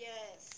Yes